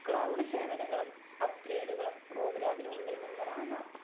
cloud സേവനങ്ങളും അപ്ഗ്രേഡ്കളും പ്രോഗ്രാമിനുള്ളിൽ നിന്ന് വാങ്ങാം